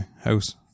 house